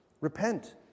Repent